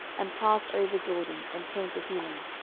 and passed over jordan, and came to helam.